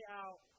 out